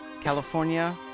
California